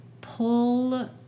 pull